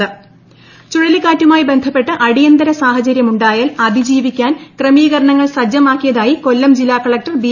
കൊല്ലം collector ചുഴലിക്കാറ്റുമായി ബന്ധ്പ്പെട്ട് അടിയന്തര സാഹചര്യമുണ്ടായാൽ അതിജീവിക്കാൻ ക്രമീകരണങ്ങൾ സജ്ജമാക്കിയതായി കൊല്ലം ജില്ലാ കളക്ടർ ബി